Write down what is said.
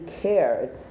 care